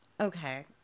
Okay